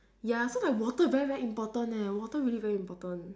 ya so like water very very important eh water really very important